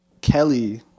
Kelly